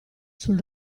sul